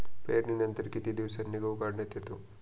पेरणीनंतर किती दिवसांनी गहू काढण्यात येतो?